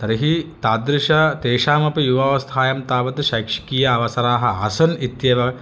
तर्हि तादृश तेषामपि युवावस्थायाम् तावत् शैक्षिकीय अवसराः आसन् इत्येव